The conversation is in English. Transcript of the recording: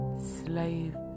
slave